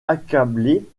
accablée